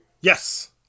Yes